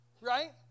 right